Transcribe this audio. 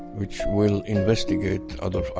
which will investigate ah adolf ah